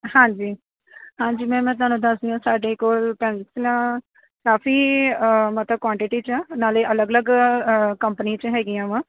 ਹਾਂਜੀ ਹਾਂਜੀ ਮੈਮ ਮੈਂ ਤੁਹਾਨੂੰ ਦੱਸ ਦੀ ਹਾਂ ਸਾਡੇ ਕੋਲ ਪੈਨਸਲਾਂ ਕਾਫ਼ੀ ਮਤਲਬ ਕੁਐਂਟਟੀ 'ਚ ਆ ਨਾਲੇ ਅਲੱਗ ਅਲੱਗ ਕੰਪਨੀ 'ਚ ਹੈਗੀਆਂ ਹਾਂ